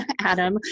Adam